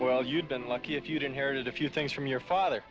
well you've been lucky if you didn't hear it a few things from your father